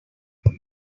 would